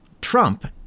Trump